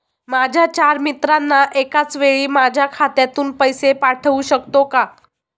माझ्या चार मित्रांना एकाचवेळी माझ्या खात्यातून पैसे पाठवू शकतो का?